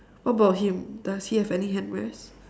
what about him does he have any hand rest